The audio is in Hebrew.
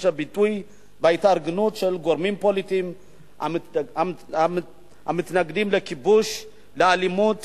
הביטוי וההתארגנות של גורמים פוליטיים המתנגדים לכיבוש ולאלימות